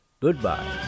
Goodbye